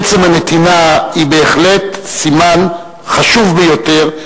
עצם הנתינה היא בהחלט סימן חשוב ביותר,